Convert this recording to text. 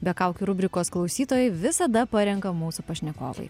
be kaukių rubrikos klausytojai visada parenka mūsų pašnekovai